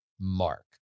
Mark